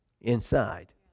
inside